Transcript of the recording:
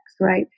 Right